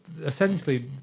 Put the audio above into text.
essentially